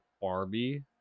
Barbie